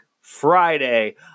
Friday